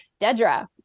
Dedra